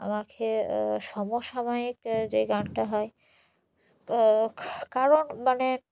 আমাকে সমসাময়িক যে গানটা হয় কারণ মানে